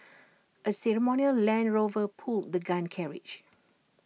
A ceremonial land Rover pulled the gun carriage